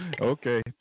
Okay